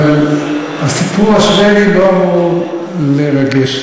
אבל הסיפור השבדי לא אמור לרגש,